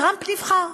טראמפ נבחר.